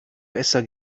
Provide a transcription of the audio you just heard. besser